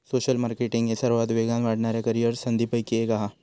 social marketing ही सर्वात वेगान वाढणाऱ्या करीअर संधींपैकी एक हा